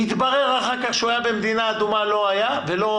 יתברר אחר כך שהוא היה במדינה אדומה ולא מילא,